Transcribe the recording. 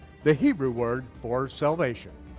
the hebrew word for salvation.